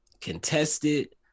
contested